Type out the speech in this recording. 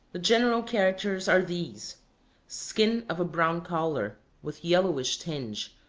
the general characters are these skin of a brown color, with yellowish tinge,